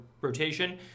rotation